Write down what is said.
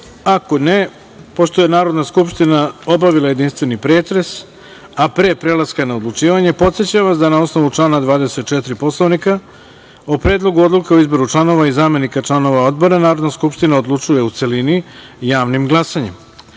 (Ne)Pošto je Narodna skupština obavila jedinstveni pretres, a pre prelaska na odlučivanje podsećam vas da na osnovu člana 24. Poslovnika o Predlogu odluka o izboru članova i zamenika članova Odbora Narodna skupština odlučuje u celini, javnim glasanjem. Članovi